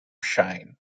shine